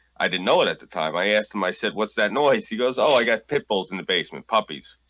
i didn't know it at the time. i asked him. i said what's that noise? he goes oh, i got pitbulls in the basement puppies